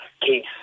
case